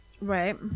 Right